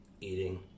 eating